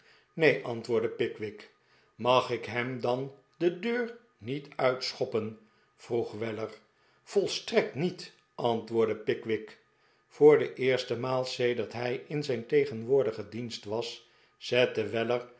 neen antwoordde pickwick mag ik hem dan de deur niet uitschoppen vroeg weller volstrekt niet antwoordde pickwick voor de eerste maal sedert hij in zijn tegenwoordigen dienst was zette